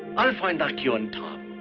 i'll find akio and tom.